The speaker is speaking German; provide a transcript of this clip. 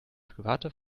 private